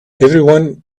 everyone